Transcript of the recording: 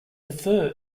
defer